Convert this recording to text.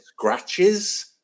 scratches